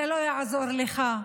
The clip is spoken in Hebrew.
זה לא יעזור לך,